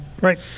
Right